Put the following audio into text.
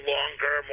Longer